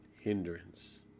hindrance